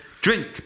Drink